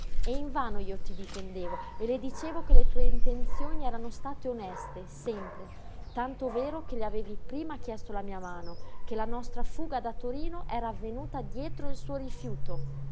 mai e invano io ti difendevo e le dicevo che le tue intenzioni erano state oneste sempre tanto vero che le avevi prima chiesto la mia mano che la nostra fuga da torino era avvenuta dietro il suo rifiuto